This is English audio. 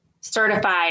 certified